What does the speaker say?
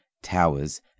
towers